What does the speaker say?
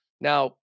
Now